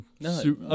No